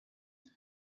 they